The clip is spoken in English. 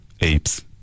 Apes